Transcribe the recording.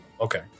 okay